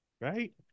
right